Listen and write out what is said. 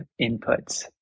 inputs